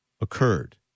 occurred